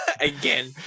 Again